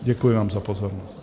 Děkuji vám za pozornost.